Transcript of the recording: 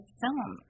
film